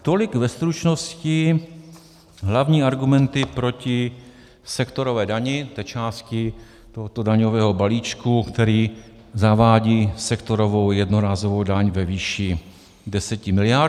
Tolik ve stručnosti hlavní argumenty proti sektorové části, té části tohoto daňového balíčku, který zavádí sektorovou jednorázovou daň ve výši 10 miliard.